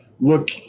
look